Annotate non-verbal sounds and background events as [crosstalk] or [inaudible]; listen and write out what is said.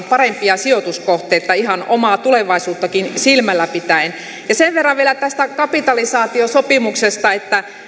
[unintelligible] parempia sijoituskohteita ihan omaa tulevaisuuttakin silmällä pitäen sen verran vielä tästä kapitalisaatiosopimuksesta että